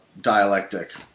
dialectic